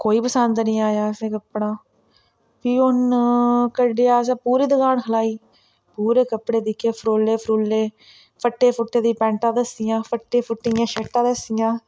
कोई पसंद नी आएआ असेंगी कपड़ा फ्ही उ'नें कड्डेआ पूरी दकान खलाई पूरे कपड़े दिक्खे फरोले फरुलें फट्टे फट्टे दी पैन्टा दस्सियां फट्टे फुट्टियां शर्टा दस्सियां